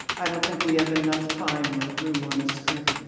i don't think we have enough time or room on the screen.